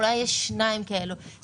אולי יש שניים כאלה,